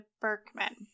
Berkman